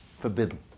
Forbidden